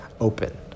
open